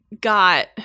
got –